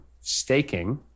staking